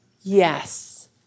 yes